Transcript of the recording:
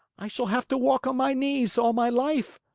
i shall have to walk on my knees all my life.